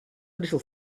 little